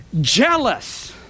jealous